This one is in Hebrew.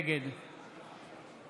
נגד